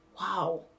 Wow